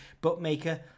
bookmaker